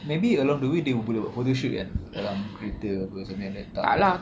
maybe along the way they boleh buat photoshoot kan dalam kereta ke apa something like that tak eh